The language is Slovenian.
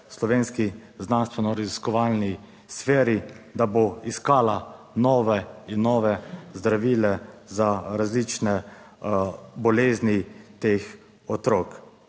slovenski znanstveno raziskovalni sferi, da bo iskala nove in nove zdravila za različne bolezni teh otrok,